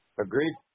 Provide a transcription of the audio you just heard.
Agreed